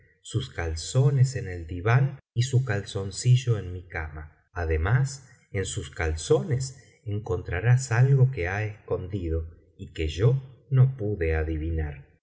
sus calzones en el diván y su calzoncillo en mi cama además en sus calzones encontrarás algo que ha escondido y que yo no pude adivinar